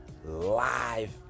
live